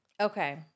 Okay